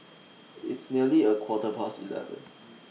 its nearly A Quarter Past eleven